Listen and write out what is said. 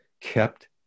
kept